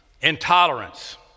intolerance